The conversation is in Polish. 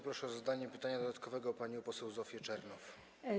Proszę o zadanie pytania dodatkowego panią poseł Zofię Czernow.